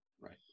right